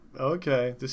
okay